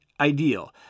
ideal